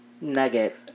nugget